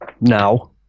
now